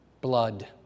blood